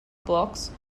blocks